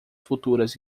futuras